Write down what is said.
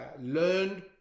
learned